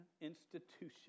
institution